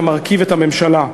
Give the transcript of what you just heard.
המרכיב את הממשלה.